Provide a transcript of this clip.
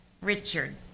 Richard